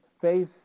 face